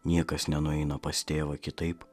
niekas nenueina pas tėvą kitaip